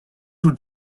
would